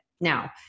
now